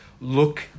look